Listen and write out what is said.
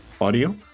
Audio